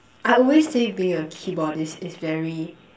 I always say being a keyboardist is very